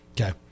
Okay